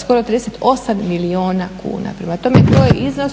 skoro 38 milijuna kuna. Prema tome, to je iznos